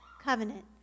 covenant